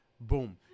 boom